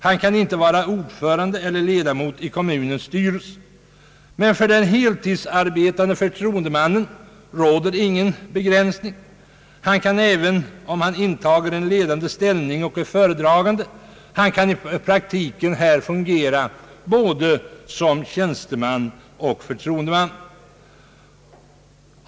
Han kan inte vara ordförande eller ledamot i kommunens styrelse. Men för den heltidsarbetande förtroendemannen råder ingen begränsning. Han kan, även om han intar en ledande ställning och är föredragande, i praktiken fungera både som tjänsteman och som förtroendeman.